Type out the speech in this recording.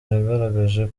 yagaragaje